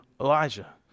Elijah